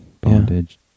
bondage